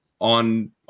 on